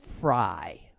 Fry